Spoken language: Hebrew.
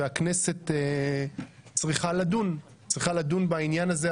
והכנסת צריכה לדון בעניין הזה,